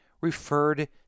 referred